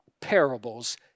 parables